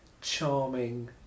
charming